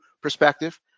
perspective